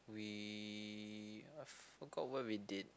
we I forgot what we did